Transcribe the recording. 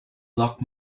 lock